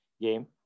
game